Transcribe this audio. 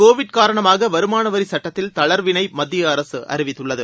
Covid காரணமாக வருமானவரி சட்டத்தில் தளர்வினை மத்திய அரசு அறிவித்துள்ளது